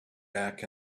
back